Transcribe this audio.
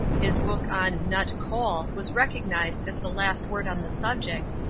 his book on nut coal was recognized as the last word on the subject,